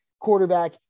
quarterback